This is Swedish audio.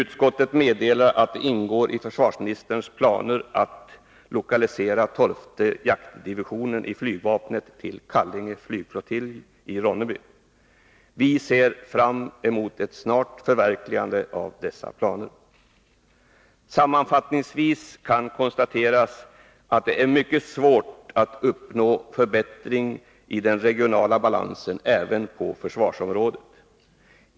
Utskottet meddelar att det ingår i försvarsministerns planer att lokalisera tolfte jaktdivisionen i flygvapnet till Kallinge flygflottilj i Ronneby. Vi ser fram emot ett snart förverkligande av dessa planer. Sammanfattningsvis kan konstateras att det är mycket svårt att förbättra den regionala balansen även på försvarsområdet.